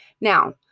Now